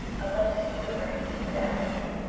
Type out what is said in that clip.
unless it be quivering in its agony,